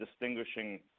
distinguishing